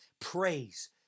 Praise